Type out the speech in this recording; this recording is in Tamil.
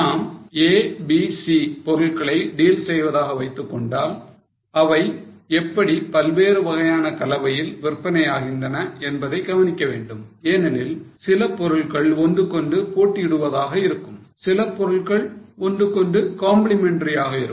நாம் a b c பொருட்களை டீல் செய்வதாக வைத்துக் கொண்டால் அவை எப்படி பல்வேறு வகையான கலவையில் விற்பனையாகின்றன என்பதைக் கவனிக்க வேண்டும் ஏனெனில் சில பொருள்கள் ஒன்றுக்கொன்று போட்டியிடுவதாக இருக்கும் சில பொருள்கள் ஒன்றுக்கொன்று complementary ஆக இருக்கும்